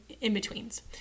in-betweens